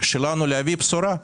שלנו להביא בשורה.